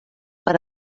per